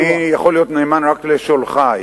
אני יכול להיות נאמן רק לשולחי.